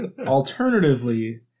Alternatively